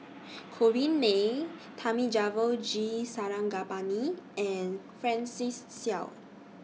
Corrinne May Thamizhavel G Sarangapani and Francis Seow